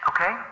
Okay